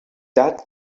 that